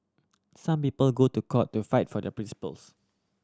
some people go to court to fight for their principles